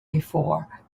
before